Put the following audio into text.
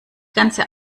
ganze